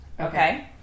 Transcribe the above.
Okay